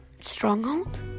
stronghold